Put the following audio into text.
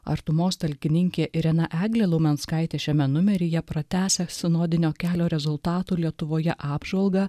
artumos talkininkė irena eglė laumenskaitė šiame numeryje pratęsia sinodinio kelio rezultatų lietuvoje apžvalgą